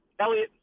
Elliot